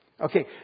Okay